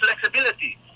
flexibility